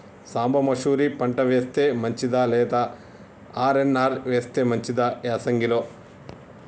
సాంబ మషూరి పంట వేస్తే మంచిదా లేదా ఆర్.ఎన్.ఆర్ వేస్తే మంచిదా యాసంగి లో?